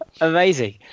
Amazing